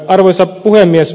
arvoisa puhemies